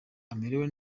amerewe